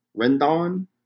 Rendon